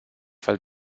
fel